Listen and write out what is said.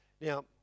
Now